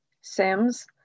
Sims